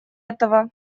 этого